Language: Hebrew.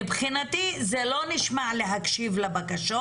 מבחינתי זה לא נשמע להקשיב לבקשות.